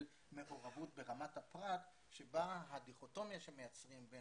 מעורבות ברמת הפרט שבה הדיכוטומיה שמייצרים בין